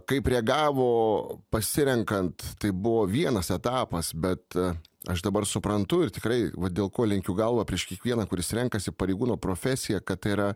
kaip reagavo pasirenkant tai buvo vienas etapas bet aš dabar suprantu ir tikrai va dėl ko lenkiu galvą prieš kiekvieną kuris renkasi pareigūno profesiją kad tai yra